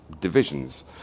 divisions